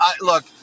Look